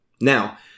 Now